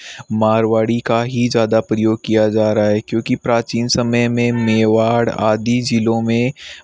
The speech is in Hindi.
मारवाड़ी का ही ज़्यादा प्रयोग किया जा रहा है क्योंकि प्राचीन समय में मेवाड़ आदि ज़िलों में